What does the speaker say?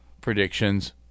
predictions